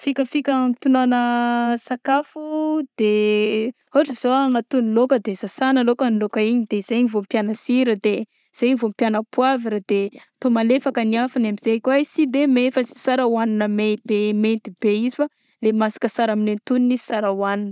Fikafika hagnatonoana sakafo de ôatr'zao agnatono laoka de sasagna lôkagny laoka igny de zegny vao ampiagna sira de zegny vao ampiagna poavra de atao malefaka ny afony amzay kô izy sy de may fa sy sara hohagnina may be mainty be izy fa le masaka tsara amin'ny antognony izy sara hohagnina